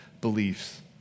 beliefs